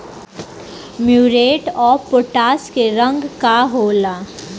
Muriate of potash के रंग का होला?